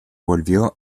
volvió